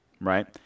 right